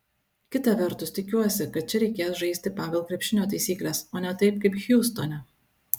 kita vertus tikiuosi kad čia reikės žaisti pagal krepšinio taisykles o ne taip kaip hjustone